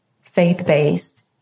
faith-based